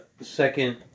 Second